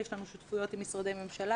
יש לנו שותפויות עם משרדי ממשלה,